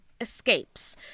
escapes